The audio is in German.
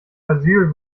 asyl